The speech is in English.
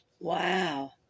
Wow